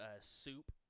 soup